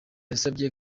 yasabye